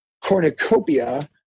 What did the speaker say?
cornucopia